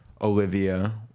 Olivia